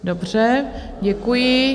Dobře, děkuji.